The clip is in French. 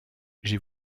j’ai